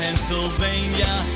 Pennsylvania